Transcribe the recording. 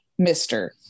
Mr